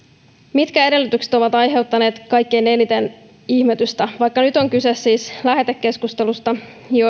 mitkä edellytykset ovat aiheuttaneet kaikkein eniten ihmetystä vaikka nyt on kyse siis lähetekeskustelusta